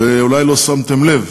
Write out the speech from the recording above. אולי לא שמתם לב,